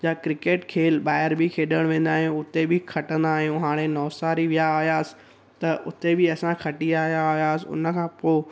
जा क्रिकेट खेल ॿाहिरि बि खेॾणु वेंदा आहियूं उते बि खटंदा आहियूं हाणे नवसारी विया हुआसीं त उते बि असां खटी आयां हुआसीं उनखां पोइ